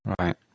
Right